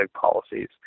policies